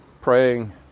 praying